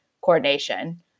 coordination